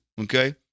okay